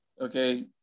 okay